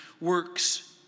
works